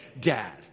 Dad